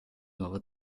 nuova